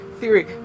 theory